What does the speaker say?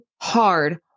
hard